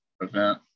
event